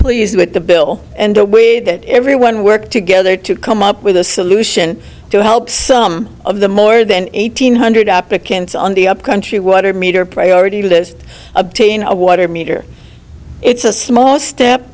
pleased with the bill and the way that everyone worked together to come up with a solution to help some of the more than one thousand five hundred applicants on the upcountry water meter priority list obtain a water meter it's a small step